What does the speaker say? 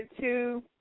two